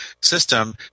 system